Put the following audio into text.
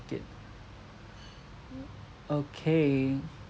okay